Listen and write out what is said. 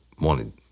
wanted